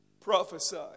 Prophesy